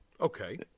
Okay